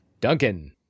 Duncan